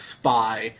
Spy